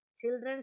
Children